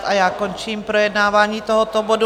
A já končím projednávání tohoto bodu.